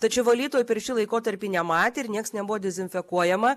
tačiau valytojų per šį laikotarpį nematė ir nieks nebuvo dezinfekuojama